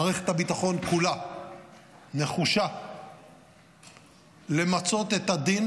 מערכת הביטחון כולה נחושה למצות את הדין